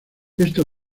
esta